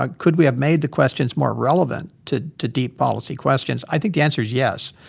ah could we have made the questions more relevant to to deep policy questions? i think the answer is yes.